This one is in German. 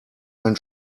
ein